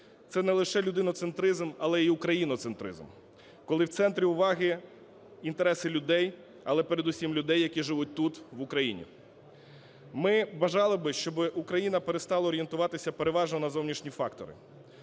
це не лише людиноцентризм, але і україноцентризм, коли в центрі уваги інтереси людей, але передусім людей, які живуть тут, в Україні. Ми бажали би, щоб Україна перестала орієнтуватися переважно на зовнішні фактори,